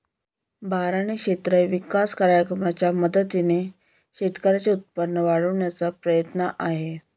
बारानी क्षेत्र विकास कार्यक्रमाच्या मदतीने शेतकऱ्यांचे उत्पन्न वाढविण्याचा प्रयत्न आहे